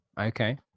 Okay